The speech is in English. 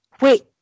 Wait